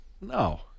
No